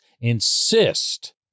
insist